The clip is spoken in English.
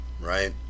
right